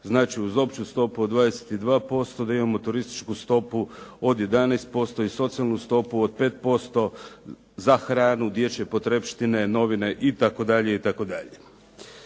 Znači uz opću stopu od 22% da imamo turističku stopu od 11% i socijalnu stopu od 5% za hranu, dječje potrepštine, novine itd.,